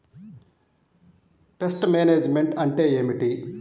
Pest management అంటే ఏమిటి?